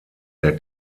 der